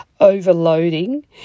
overloading